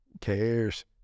cares